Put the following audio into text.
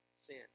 sin